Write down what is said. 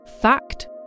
Fact